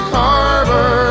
harbor